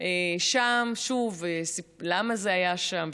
שם, שוב, למה זה היה שם?